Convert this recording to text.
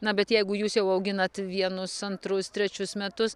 na bet jeigu jūs jau auginat vienus antrus trečius metus